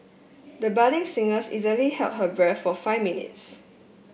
the budding singers easily held her breath for five minutes